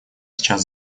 сейчас